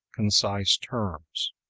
concise terms.